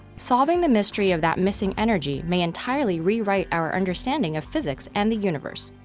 solving the mystery of that missing energy may entirely rewrite our understanding of physics and the universe.